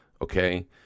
okay